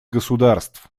государств